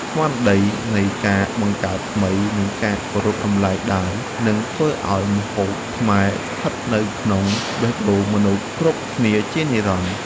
ស្មារតីនៃការបង្កើតថ្មីនិងការគោរពតម្លៃដើមនឹងធ្វើឱ្យម្ហូបខ្មែរស្ថិតនៅក្នុងបេះដូងមនុស្សគ្រប់គ្នាជានិរន្តរ៍។